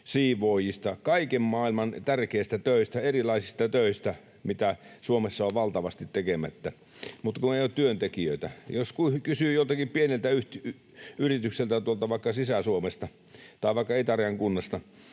siivoojista, kaiken maailman tärkeistä töistä, erilaisista töistä, mitä Suomessa on valtavasti tekemättä, kun ei ole työntekijöitä. Jos kysyy joltakin pieneltä yritykseltä vaikka tuolta Sisä-Suomesta tai vaikka itärajan kunnasta,